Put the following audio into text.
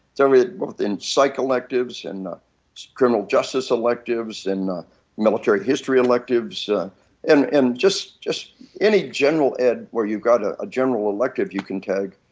so we are both in psych electives and criminal justice electives and military history electives and and just just any general ed where you've got a ah general elective you can tag.